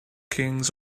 kings